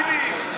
פלסטינים.